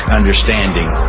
understanding